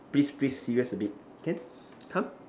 please please serious a bit can come